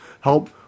help